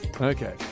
Okay